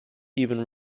even